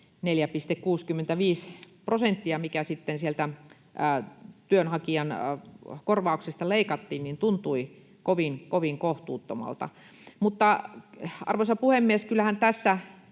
4,65 prosenttia, mikä sitten sieltä työnhakijan korvauksista leikattiin, tuntui kovin, kovin kohtuuttomalta. Arvoisa puhemies! Kyllähän tässä